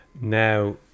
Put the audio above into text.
now